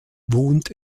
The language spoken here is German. wohnt